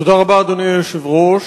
אדוני היושב-ראש,